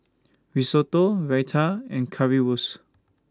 Risotto Raita and Currywurst